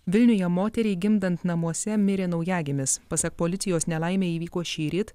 vilniuje moteriai gimdant namuose mirė naujagimis pasak policijos nelaimė įvyko šįryt